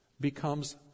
becomes